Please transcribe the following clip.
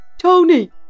Tony